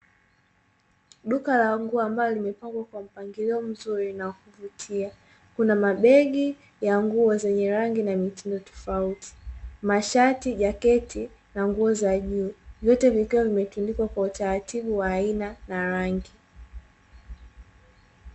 Duka la nguo ambalo limepangwa kwa mpangilio mzuri na wa kuvutia, kuna mabegi ya nguo zenye rangi na mitindo tofauti ,masharti jaketi na nguo za juu, vyote vikiwa vimetundikwa kwa utaratibu wa aina na rangi.